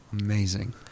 Amazing